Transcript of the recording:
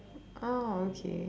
oh okay